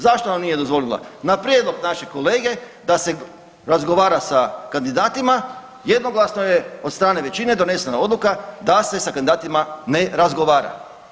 Zašto nam nije dozvolila na prijedlog našeg kolege da se razgovara sa kandidatima jednoglasno je od strane većine donesena odluka da se sa kandidatima ne razgovara.